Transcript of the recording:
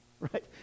Right